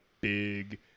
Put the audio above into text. big